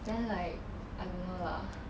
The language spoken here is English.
then like I don't know lah